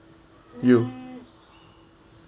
you